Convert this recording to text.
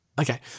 Okay